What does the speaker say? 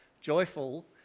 joyful